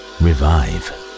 revive